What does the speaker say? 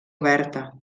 oberta